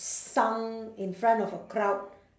sung in front of a crowd